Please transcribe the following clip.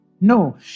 No